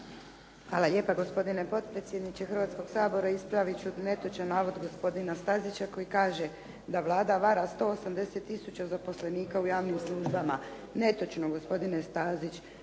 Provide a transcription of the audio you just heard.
Hvala lijepo gospodine potpredsjedniče Hrvatskoga sabora. Ispraviti ću netočan navod gospodina Stazića koji kaže da Vlada vara 180 tisuća zaposlenika u javnim službama. Netočno gospodine Stazić.